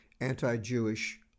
anti-Jewish